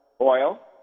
oil